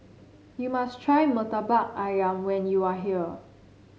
you must try Murtabak ayam when you are here